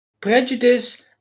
prejudice